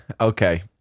Okay